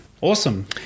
awesome